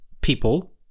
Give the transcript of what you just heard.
people